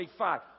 25